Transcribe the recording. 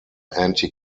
anti